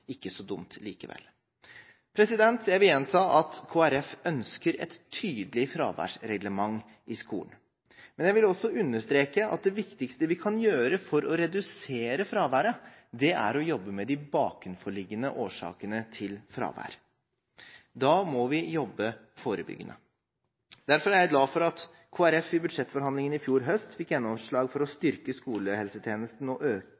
ikke er så dumt likevel. Jeg vil gjenta at Kristelig Folkeparti ønsker et tydelig fraværsreglement i skolen, men jeg vil også understreke at det viktigste vi kan gjøre for å redusere fraværet, er å jobbe med de bakenforliggende årsakene til fravær. Da må vi jobbe forebyggende. Derfor er jeg glad for at Kristelig Folkeparti i budsjettforhandlingene i fjor høst fikk gjennomslag for å styrke skolehelsetjenesten og